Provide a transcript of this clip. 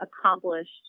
accomplished